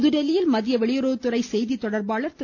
புதுதில்லியில் மத்திய வெளியுறவுத்துறை செய்தி தொடர்பாளர் திரு